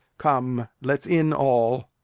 come, let's in all.